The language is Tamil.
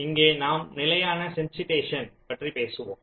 இங்கே நாம் நிலையான சென்சிடைசேஷன் பற்றி பேசுவோம்